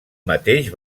mateix